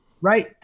Right